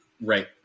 Right